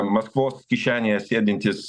maskvos kišenėje sėdintis